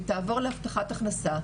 אם היא תעבור להבטחת הכנסה,